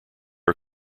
are